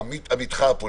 עמיתך הפוליטי,